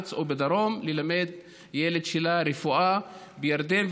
הארץ או בדרום שילד שלה ילמד רפואה בירדן,